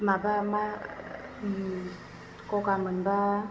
माबा मा गगा मोनबा